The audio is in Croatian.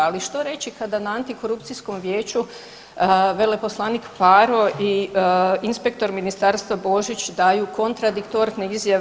Ali što reći kada na antikorupcijskom vijeću veleposlanik Faro i inspektor ministarstva Božić daju kontradiktorne izjave.